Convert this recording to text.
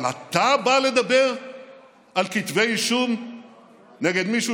אבל אתה בא לדבר על כתבי אישום נגד מישהו